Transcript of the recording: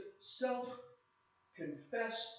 self-confessed